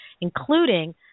including